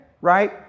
right